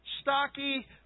stocky